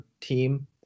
team